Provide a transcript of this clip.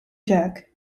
jerk